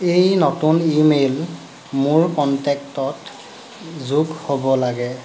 এই নতুন ইমেইল মোৰ কণ্টেক্টত যোগ হ'ব লাগে